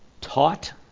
taught